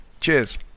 Cheers